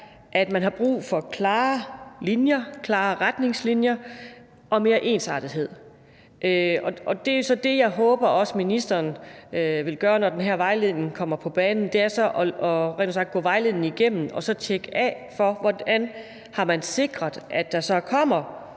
at man har brug for klare linjer, klare retningslinjer, og mere ensartethed, og det, jeg også håber ministeren vil gøre, når den her vejledning kommer på banen, er så rent ud sagt at gå vejledningen igennem og tjekke af for, hvordan man har sikret, at der kommer